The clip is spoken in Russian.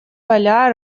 поля